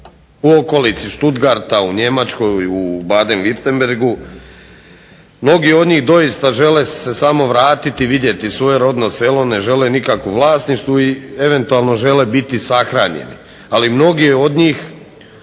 u okolici Stuttgarta u Njemačkoj u Baden-Württembergu, mnogi od njih doista žele se samo vratiti i vidjeti svoje rodno selo, ne žele nikakvo vlasništvo i eventualno žele biti sahranjeni. Ali mnogi od njih